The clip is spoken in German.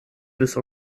bis